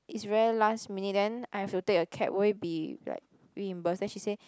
it's very last minute then I have to take a cab will it be like reimbursed then she say